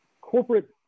corporate